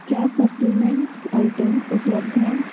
क्या supplements items उपलब्ध हैं